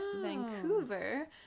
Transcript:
vancouver